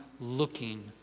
looking